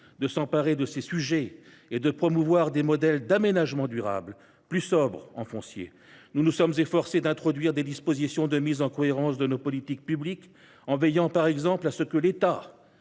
de s’emparer de ces sujets et de promouvoir des modèles d’aménagement durable, plus sobres en foncier. Nous nous sommes efforcés d’introduire des dispositions de mise en cohérence de nos politiques publiques, en veillant par exemple à ce que l’État